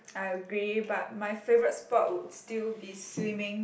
I agree but my favorite sport would still be swimming